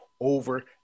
over